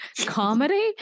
comedy